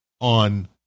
On